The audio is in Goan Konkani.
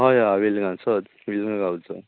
हय हय हांव वेलगांचोच वेलगां गांवचो हय आं